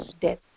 death